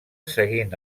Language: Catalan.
seguint